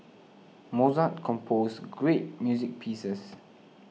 Mozart composed great music pieces